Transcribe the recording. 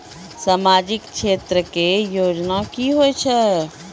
समाजिक क्षेत्र के योजना की होय छै?